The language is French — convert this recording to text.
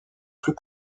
plus